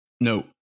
no